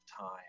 time